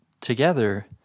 together